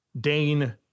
Dane